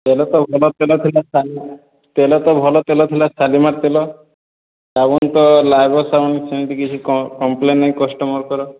ତେଲ ତ ଭଲ ତେଲ ଥିଲା ଶାଲିମାର ତେଲ ତ ଭଲ ତେଲ ଥିଲା ଶାଲିମାର୍ ତେଲ ସାବୁନ ତ ଲାଇବଏ ସାବୁନ ସେମିତି କିଛି କମ୍ପ୍ଲେନ୍ ନାହିଁ କଷ୍ଟମର୍ଙ୍କର